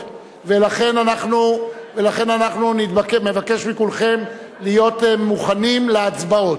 ולכן אנחנו נבקש מכולכם להיות מוכנים להצבעות.